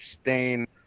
stain